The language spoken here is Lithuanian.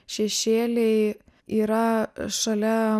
šešėliai yra šalia